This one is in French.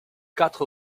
quatre